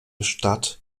stadt